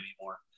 anymore